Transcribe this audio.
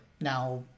Now